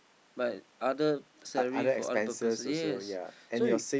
my other salary for other purpose yes so you